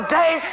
day